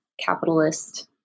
capitalist